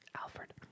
Alfred